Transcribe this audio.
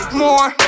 more